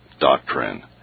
Doctrine